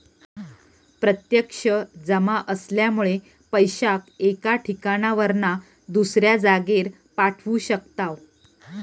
प्रत्यक्ष जमा असल्यामुळे पैशाक एका ठिकाणावरना दुसऱ्या जागेर पाठवू शकताव